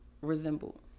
resemble